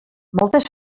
moltes